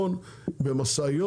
לצפון במשאיות?